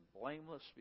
blameless